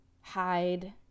hide